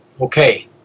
Okay